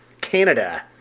Canada